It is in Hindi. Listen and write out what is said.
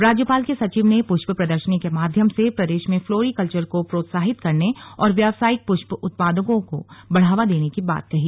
राज्यपाल के सचिव ने पुष्प प्रदर्शनी के माध्यम से प्रदेश में फ्लोरीकल्चर को प्रोत्साहित करने और व्यावसायिक पृष्प उत्पादकों को बढ़ावा देने की बात कही